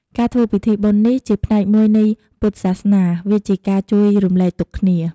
ការធ្វើពិធីបុណ្យនេះ ជាផ្នែកមួយនៃពុទ្ឋសាសនា វាជាការជួយរំលែកទុក្ខគ្នា។